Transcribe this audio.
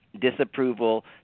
disapproval